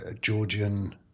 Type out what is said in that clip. Georgian